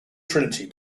trinity